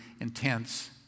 intense